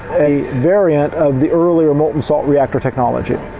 a variant of the earlier molten-salt reactor technology.